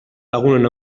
lagunen